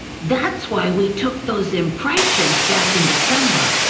that's why we took those impressions back in december,